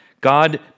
God